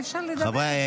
אי-אפשר לדבר.